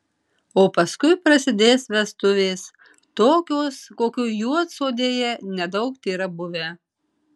o paskui prasidės vestuvės tokios kokių juodsodėje nedaug tėra buvę